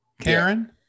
Karen